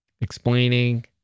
explaining